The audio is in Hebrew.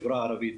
בחברה הערבית.